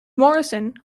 morrison